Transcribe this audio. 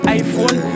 iPhone